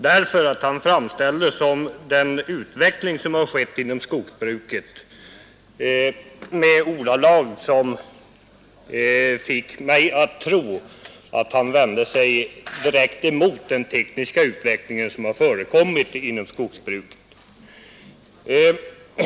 Herr Lövenborg framställde den utveckling som har skett inom skogsbruket i ordalag som fick mig att tro att han vände sig direkt emot den tekniska utveckling som har förekommit inom skogsbruket.